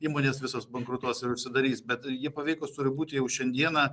įmonės visos bankrutuos ir užsidarys bet ji paveikus turi būti jau šiandiena